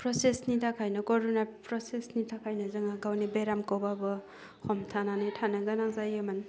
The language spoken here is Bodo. प्रसेचनि थाखायनो करुना प्रसेचनि थाखायनो जोङो गावनि बेरामखौबाबो हमथानानै थानो गोनां जायोमोन